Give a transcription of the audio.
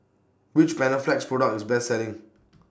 Which Panaflex Product IS The Best Selling